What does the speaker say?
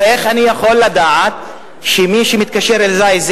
או איך אני יכול לדעת שמי שמתקשר אלי זה